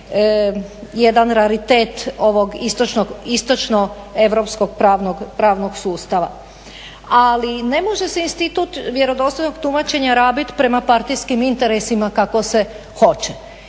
jedan raritet ovog istočnoeuropskog pravnog sustava. Ali ne može se institut vjerodostojnog tumačenja rabit prema partijskim interesima kako se hoće